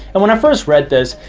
and when i first read this,